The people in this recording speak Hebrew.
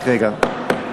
רק רגע.